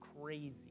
crazy